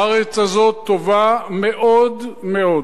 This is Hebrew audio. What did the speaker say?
הארץ הזאת טובה מאוד מאוד,